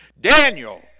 Daniel